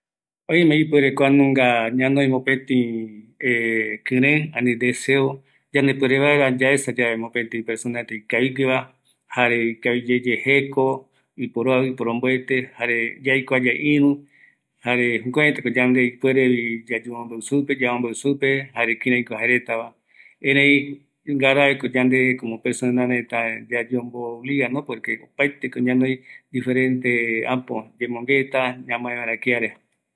﻿Oime ipuere ñanoi kuanunga mopeti kirai ani deseo, yandepuere vaera yaesayae mopeti personareta ikavigueva, jare ikaviyeye jeko, iporoaiu, iporomboete, jare yaikuayae irü, jare jukuraitako yande ipuerevi yayemombeu, yamombeu supe, jare kiraiko jaeretava, erei ngarako yande personareta yayombobligano, porque opaeteko ñonoi diferene äpo, yemonguetra ñamae vaera kiare